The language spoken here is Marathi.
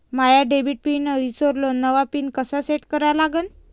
माया डेबिट पिन ईसरलो, नवा पिन कसा सेट करा लागन?